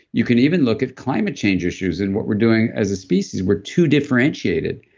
you can even look at climate change issues and what we're doing as a species. we're too differentiated,